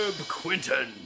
Quinton